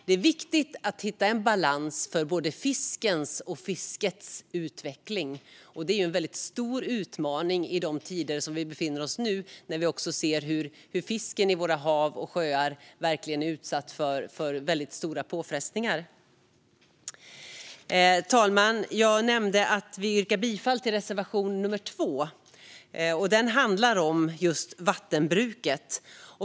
Det är viktigt att hitta en balans för både fiskens och fiskets utveckling. Detta är en stor utmaning i de tider vi nu befinner oss i, när vi ser hur fisken i våra hav och sjöar är utsatt för väldigt stora påfrestningar. Herr talman! Jag nämnde att vi yrkar bifall till reservation nummer 2, som handlar om vattenbruket.